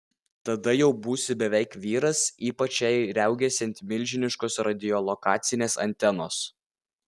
tada jau būsi beveik vyras ypač jei riaugėsi ant milžiniškos radiolokacinės antenos